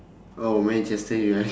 oh manchester uni~